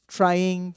trying